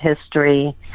history